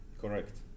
correct